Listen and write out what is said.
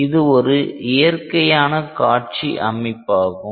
இது ஒரு இயற்கையான காட்சி அமைப்பாகும்